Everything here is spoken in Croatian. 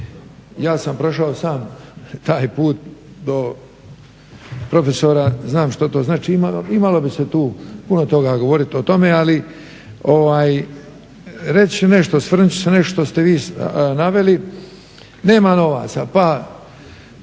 Ja sam prošao sam taj put do profesora, znam što to znači, imalo bi se tu puno toga govoriti o tome ali reći nešto što ste vi naveli – nema novaca, pa